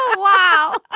wow.